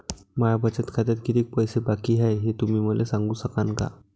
माया बचत खात्यात कितीक पैसे बाकी हाय, हे तुम्ही मले सांगू सकानं का?